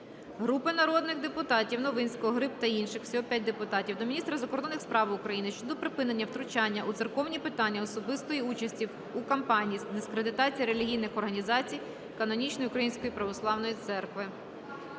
Групи народних депутатів (Новинського, Гриб та інших. Всього 5 депутатів) до міністра закордонних справ України щодо припинення втручання у церковні питання, особистої участі у кампанії з дискредитації релігійних організацій канонічної Української Православної Церкви.